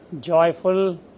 joyful